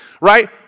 right